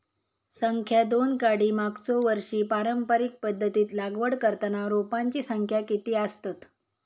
संख्या दोन काडी मागचो वर्षी पारंपरिक पध्दतीत लागवड करताना रोपांची संख्या किती आसतत?